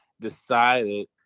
decided